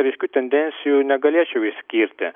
ryškių tendencijų negalėčiau išskirti